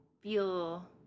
feel